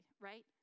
right